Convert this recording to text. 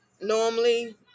normally